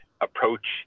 approach